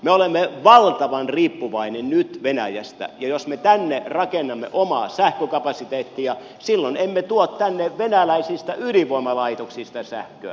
me olemme valtavan riippuvaisia nyt venäjästä ja jos me tänne rakennamme omaa sähkökapasiteettia silloin emme tuo tänne venäläisistä ydinvoimalaitoksista sähköä